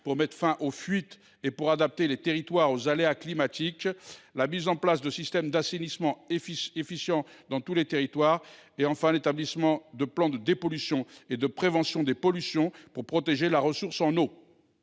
pour mettre fin aux fuites et pour adapter les territoires aux aléas climatiques. Il vise également à financer la mise en place de systèmes d’assainissement efficients dans tous les territoires et l’établissement de plans de dépollution et de prévention des pollutions pour protéger la ressource.